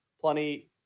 plenty